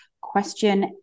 Question